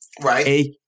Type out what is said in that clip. Right